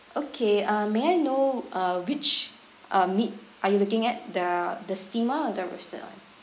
okay uh may I know uh which uh meat are you looking at the the steamer or the roasted one